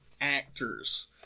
actors